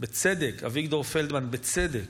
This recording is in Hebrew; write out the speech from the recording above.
אביגדור פלדמן, בצדק,